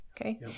okay